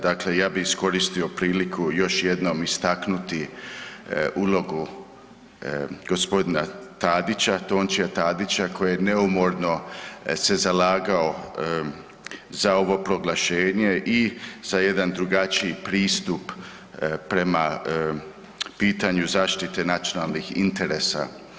Dakle, ja bi iskoristio priliku još jednom istaknuti ulogu g. Tadića, Tončija Tadića koji je neumorno se zalagao za ovo proglašenje i za jedan drugačiji pristup prema pitanju zaštite nacionalnih interesa.